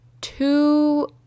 two